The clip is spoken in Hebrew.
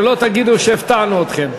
שלא תגידו שהפתענו אתכם.